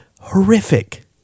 horrific